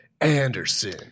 Anderson